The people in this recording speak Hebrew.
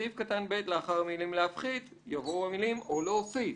בסעיף קטן (ב) לאחר המילה "להפחית" יבואו המילים "או להוסיף".